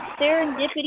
Serendipity